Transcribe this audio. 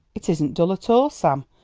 it isn't dull at all, sam,